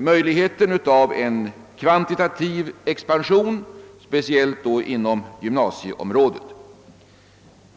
möjligheten av en kvantitativ expansion, speciellt inom gymnasieområdet.